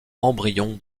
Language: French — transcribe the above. embryon